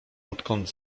odkąd